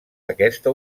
aquesta